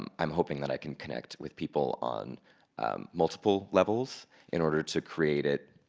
um i'm hoping that i can connect with people on multiple levels in order to create it,